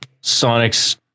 Sonic's